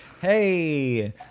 Hey